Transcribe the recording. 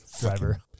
driver